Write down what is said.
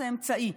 היא אמצעי.